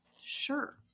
Sure